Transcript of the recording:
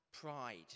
Pride